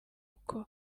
uko